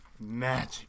Magic